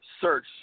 search